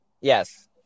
yes